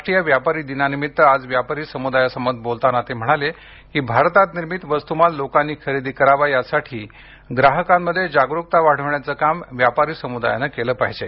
राष्ट्रीय व्यापारी दिनानिमित्त आज व्यापारी समुदायासोबत बोलताना ते म्हणाले की भारतात निर्मित वस्तुमाल लोकांनी खरेदी करावा यासाठी ग्राहकांमध्ये जागरुकता वाढवण्याचं काम व्यापारी समुदायानं केलं पाहिजे